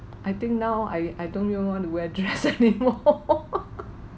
I think now I I don't even want to wear dress anymore